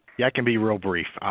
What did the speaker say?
yeah can be real brief.